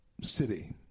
city